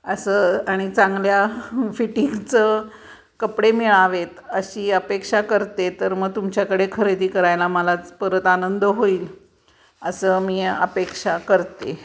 असं आणि चांगल्या फिटिंगचं कपडे मिळावेत अशी अपेक्षा करते तर मग तुमच्याकडे खरेदी करायला मलाच परत आनंद होईल असं मी अपेक्षा करते